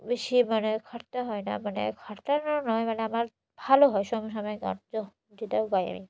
বেশি মানে খাটতে হয় না মানে খাটটারও নয় মানে আমার ভালো হয় সব সময় গ যেটাও পাই আমি